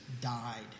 died